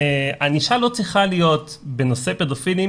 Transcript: וענישה לא צריכה להיות, בנושא פדופילים,